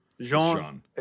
Jean